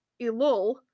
Elul